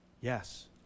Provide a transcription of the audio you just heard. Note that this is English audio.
Yes